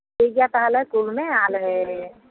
ᱴᱷᱤᱠᱜᱮᱭᱟ ᱛᱟᱦᱚᱞᱮ ᱠᱩᱞ ᱢᱮ ᱟᱞᱮ